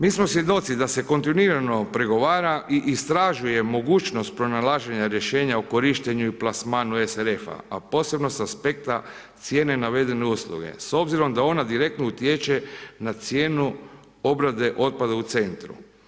Mi smo svjedoci da se kontinuirano pregovara i istražuje mogućnost pronalaženja rješenja o korištenju i plasmanu SRF-a a posebno sa aspekta cijene navedene usluge s obzirom da ona direktno utječe na cijenu obrade otpada u centru.